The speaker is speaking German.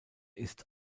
ist